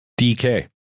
DK